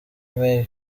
may